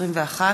121)